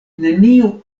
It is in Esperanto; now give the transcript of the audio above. neniu